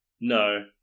No